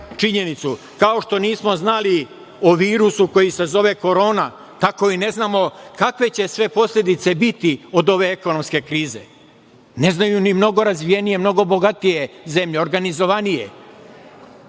činjenicu, kao što nismo znali o virusu koji se zove Korona, tako i ne znamo kakve će sve posledice biti od ove ekonomske krize, ne znaju ni mnogo razvijenije, mnogo bogatije zemlje, organizovanije,